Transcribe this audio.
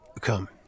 Come